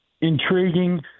Intriguing